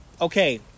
Okay